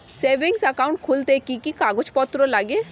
Savings account খুলতে কি কি কাগজপত্র লাগে?